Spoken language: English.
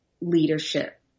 leadership